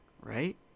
right